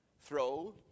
Throw